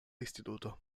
instituto